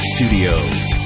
Studios